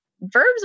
Verbs